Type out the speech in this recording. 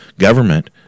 Government